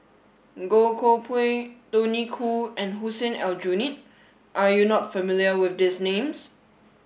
Goh Koh Pui Tony Khoo and Hussein Aljunied are you not familiar with these names